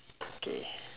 okay